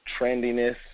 trendiness